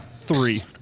three